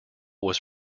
was